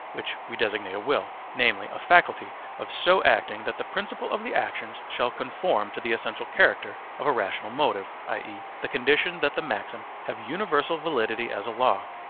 which we designate a will, namely a faculty of so acting that the principle of the actions shall conform to the essential character of a rational motive, i e, the condition that the maxim have universal validity as a law.